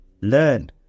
learn